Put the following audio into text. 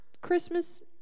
Christmas